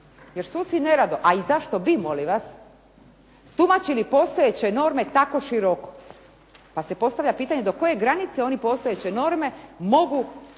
Jer suci nerado, ali zašto bi tumačili postojeće norme tako široko, pa se postavlja pitanje do koje granice oni postojeće norme mogu